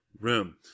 room